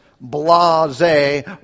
Blase